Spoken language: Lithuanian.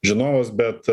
žinovas bet